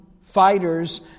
fighters